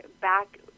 back